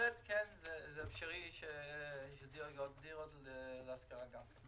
בהחלט כן אפשרי שיהיו דירות להשכרה גם כן.